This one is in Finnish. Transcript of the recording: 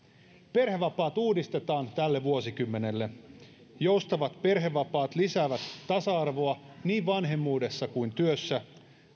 perhevapaat uudistetaan tälle vuosikymmenelle joustavat perhevapaat lisäävät tasa arvoa niin vanhemmuudessa kuin työssä